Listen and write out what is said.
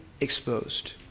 exposed